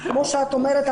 כמו שאת אומרת,